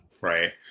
right